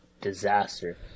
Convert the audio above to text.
disaster